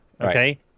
Okay